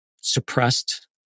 suppressed